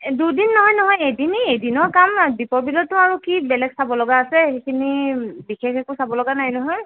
দুদিন নহয় নহয় এদিনেই এদিনৰ কাম দ্বীপৰ বিলতনো আৰু কি বেলেগ চাবলগা আছে সেইখিনি বিশেষ একো চাবলগা নাই নহয়